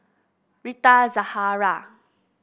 Rita Zahara